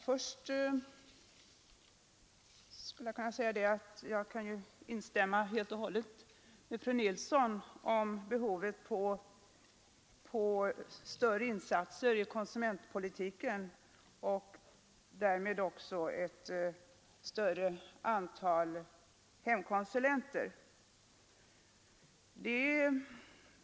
Fru talman! Jag vill först instämma helt med fru Nilsson i Kristianstad när det gäller behovet av större insatser i konsumentpolitiken och därmed också av ett större antal hemkonsulenter.